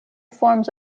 forms